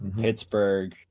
Pittsburgh